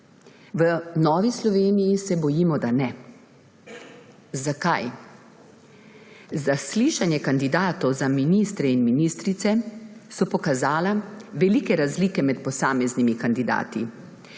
V Novi Sloveniji se bojimo, da ne. Zakaj? Zaslišanja kandidatov za ministre in ministrice so pokazala velike razlike med posameznimi kandidati.